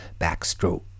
backstroke